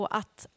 att